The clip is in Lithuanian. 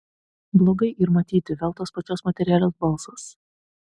blogai yr matyti vėl tos pačios moterėlės balsas